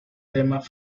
además